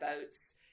boats